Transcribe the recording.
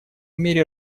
мире